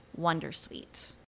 Wondersuite